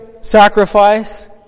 sacrifice